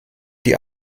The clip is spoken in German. die